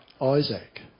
Isaac